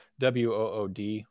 WOOD